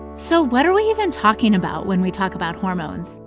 so what are we even talking about when we talk about hormones?